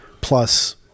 plus